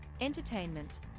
Entertainment